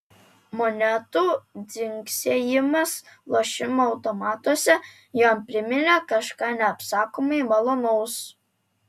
monetų dzingsėjimas lošimo automatuose jam priminė kažką neapsakomai malonaus